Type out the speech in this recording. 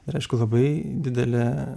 ir aišku labai didelė